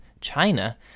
China